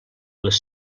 les